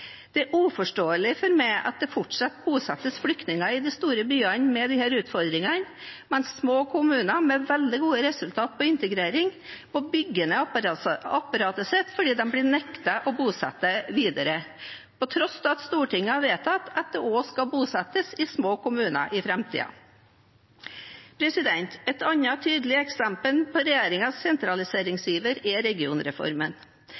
Det er uforståelig for meg at det fortsatt bosettes flyktninger i de store byene som har disse utfordringene, mens små kommuner med veldig gode resultater på integrering må bygge ned apparatet sitt fordi de blir nektet å bosette videre, til tross for at Stortinget har vedtatt at det skal bosettes i små kommuner i framtiden. Et annet tydelig eksempel på